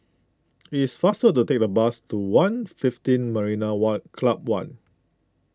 it is faster to take the bus to one'fifteen Marina what Club one